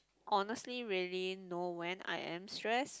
honestly really know when I am stress